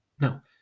now